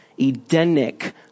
Edenic